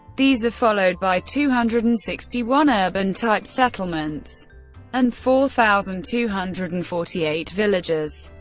these are followed by two hundred and sixty one urban-type settlements and four thousand two hundred and forty eight villages.